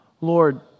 Lord